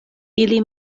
ili